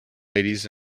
ladies